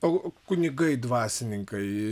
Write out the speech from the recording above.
o kunigai dvasininkai